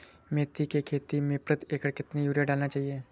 मेथी के खेती में प्रति एकड़ कितनी यूरिया डालना चाहिए?